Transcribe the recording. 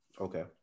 Okay